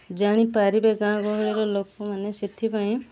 ଜାଣିପାରିବେ ଗାଁ ଗହଳିର ଲୋକମାନେ ସେଥିପାଇଁ